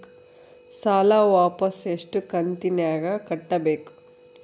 ಸಾಲ ವಾಪಸ್ ಎಷ್ಟು ಕಂತಿನ್ಯಾಗ ಕಟ್ಟಬೇಕು?